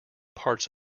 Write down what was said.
parts